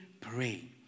pray